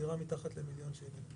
דירה מתחת למיליון שקלים.